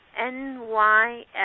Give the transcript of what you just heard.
NYS